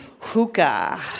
Hookah